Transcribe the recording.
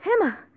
Emma